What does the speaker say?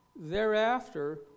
Thereafter